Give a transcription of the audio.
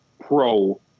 pro